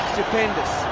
Stupendous